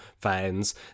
fans